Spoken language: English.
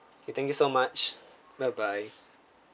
okay thank you so much bye bye